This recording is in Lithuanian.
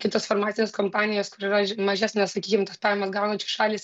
kitos farmacijos kompanijos kur yra mažesnes sakykim tas pajamas gaunančios šalys